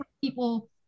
people